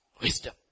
Wisdom